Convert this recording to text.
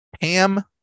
Pam